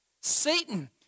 Satan